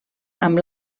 amb